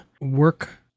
work